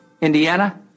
Indiana